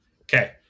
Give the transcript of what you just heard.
Okay